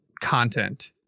content